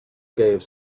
gave